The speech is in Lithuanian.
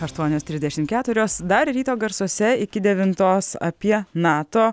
aštuonios trisdešimt keturios dar ryto garsuose iki devintos apie nato